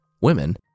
women